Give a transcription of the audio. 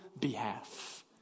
behalf